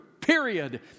period